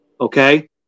Okay